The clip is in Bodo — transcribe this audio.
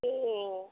ए